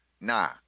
nah